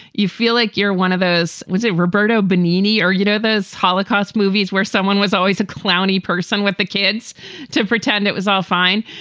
you feel like you're one of those was a roberto bernini or, you know, those holocaust movies movies where someone was always a clowny person with the kids to pretend it was all fine.